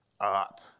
up